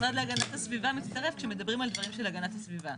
המשרד להגנת הסביבה מצטרף כשמדברים על דברים של הגנת הסביבה.